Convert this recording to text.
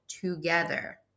together